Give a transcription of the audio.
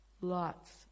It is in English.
Lots